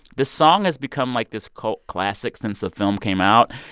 this song has become, like, this cult classic since the film came out,